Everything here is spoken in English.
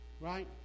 right